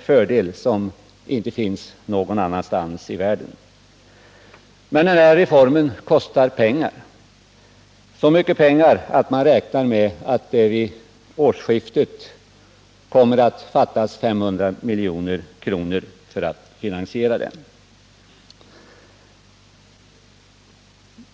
fördel, som det inte finns motsvarighet till någon annanstans i världen. Men denna reform kostar pengar, så mycket att man räknar med att det vid årsskiftet kommer att fattas 500 milj.kr. i dess finansiering.